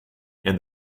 and